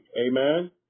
amen